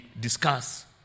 discuss